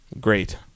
great